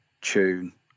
tune